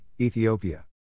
Ethiopia